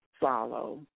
follow